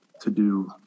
to-do